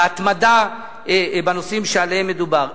בהתמדה בנושאים שעליהם מדובר.